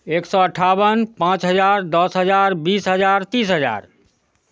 एक सओ अठावन पाँच हजार दस हजार बीस हजार तीस हजार